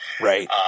Right